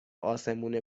آسمون